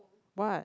what